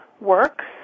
works